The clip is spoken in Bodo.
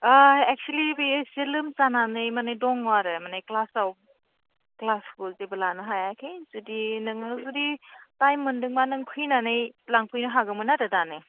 अ एक्सुवेलि बियो एसे लोमजानानै माने दङ आरो माने क्लासाव क्लासखौ जेबो लानो हायाखै जुदि नोङो जुदि टाइम मोनदोंबा नों फैनानै लांफैनो हागौमोन आरो दानो